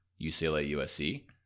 UCLA-USC